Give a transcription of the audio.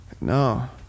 No